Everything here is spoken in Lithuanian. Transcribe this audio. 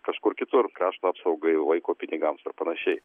kažkur kitur krašto apsaugai vaiko pinigams ir panašiai